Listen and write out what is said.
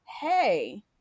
Hey